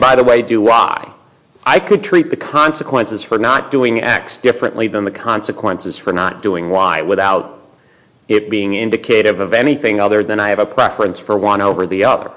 by the way do why i could treat the consequences for not doing x differently than the consequences for not doing y without it being indicator of anything other than i have a questions for one over the other